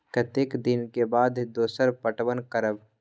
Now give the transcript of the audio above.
कतेक दिन के बाद दोसर पटवन करब?